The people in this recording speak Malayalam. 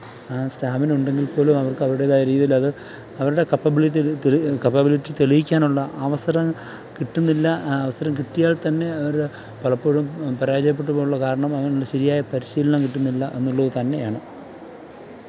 സ്റ്റാമിന ഉണ്ടെങ്കിൽ പോലും അവർക്ക് അവരുടേതായ രീതിയിൽ അത് അവരുടെ കേപ്പബിലിറ്റിയിൽ തി കേപ്പബിലിറ്റി തെളിയിക്കാനുള്ള അവസരം കിട്ടുന്നില്ല അവസരം കിട്ടിയാൽ തന്നെ അവർ പലപ്പോഴും പരാജയപ്പെട്ടു പോകാനുള്ള കാരണം അതിനുള്ള ശരിയായ പരിശീലനം കിട്ടുന്നില്ല എന്നുള്ളതു തന്നെയാണ്